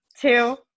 two